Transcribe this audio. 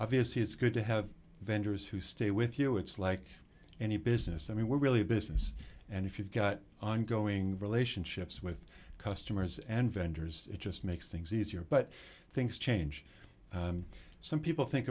obviously it's good to have vendors who stay with you it's like any business i mean we're really a business and if you've got ongoing relationships with customers and vendors it just makes things easier but things change some people think